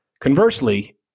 Conversely